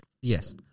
Yes